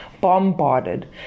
bombarded